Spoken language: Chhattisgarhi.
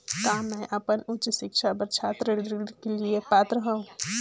का मैं अपन उच्च शिक्षा बर छात्र ऋण के लिए पात्र हंव?